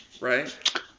right